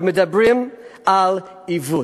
ומדברים על עיוות,